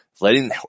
letting